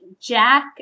Jack